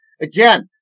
Again